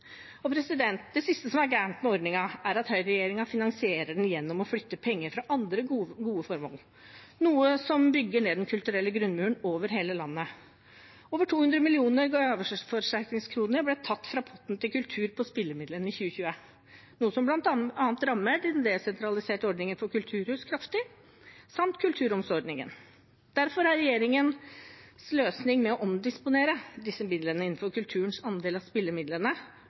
Det siste som er galt med ordningen, er at høyreregjeringen finansierte den gjennom å flytte penger fra andre gode formål, noe som bygger ned den kulturelle grunnmuren over hele landet. Over 200 mill. gaveforsterkningskroner ble tatt fra potten til kultur i spillemidlene i 2020, noe som bl.a. rammer den desentraliserte ordningen for kulturhus kraftig samt Kulturrom-ordningen. Derfor er regjeringens løsning, med å omdisponere disse midlene innenfor kulturens andel av spillemidlene,